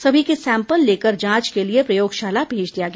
सभी के सैंपल लेकर के जांच के लिए प्रयोगशाला भेज दिया गया